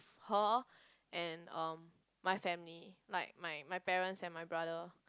her and um my family like my my parents and my brother